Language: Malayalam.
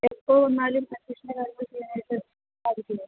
എപ്പോൾ വന്നാലും അഡ്മിഷൻ്റെ കാര്യങ്ങൾ ചെയ്യാനായിട്ട് സാധിക്കുമോ